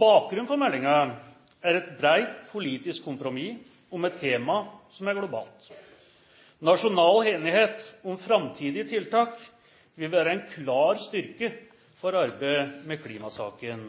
Bakgrunnen for meldingen er et bredt politisk kompromiss om et tema som er globalt. Nasjonal enighet om framtidige tiltak vil være en klar styrke for arbeidet med klimasaken.